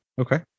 okay